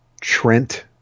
Trent